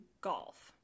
golf